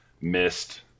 missed